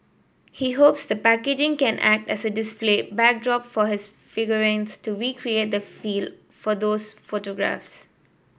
he hopes the packaging can act as a display backdrop for his figurines to recreate the feel for those photographs